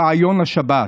ברעיון השבת.